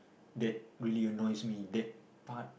that really annoys me that part